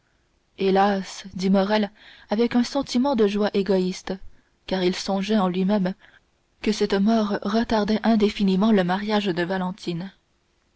hélas dit morrel avec un sentiment de joie égoïste car il songeait en lui-même que cette mort retardait indéfiniment le mariage de valentine